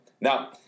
Now